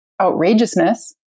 outrageousness